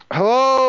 Hello